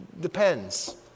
depends